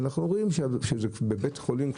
אנחנו רואים כשזה בבית חולים בהכוונה,